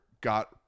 got